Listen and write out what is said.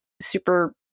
super